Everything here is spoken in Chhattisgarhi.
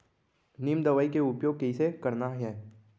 नीम दवई के उपयोग कइसे करना है?